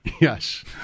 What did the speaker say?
yes